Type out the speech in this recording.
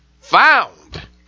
found